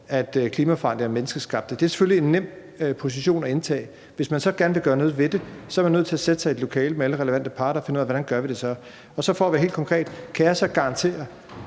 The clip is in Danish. at klimaforandringerne er menneskeskabte, og det er selvfølgelig en nem position at indtage. Hvis man så gerne vil gøre noget ved det, er man nødt til at sætte sig i et lokale med alle de relevante parter og finde ud af, hvordan man så gør det. For så at være helt konkret: Kan jeg så garantere,